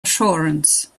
assurance